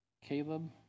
Caleb